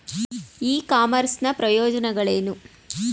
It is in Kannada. ಇ ಕಾಮರ್ಸ್ ನ ಪ್ರಯೋಜನಗಳೇನು?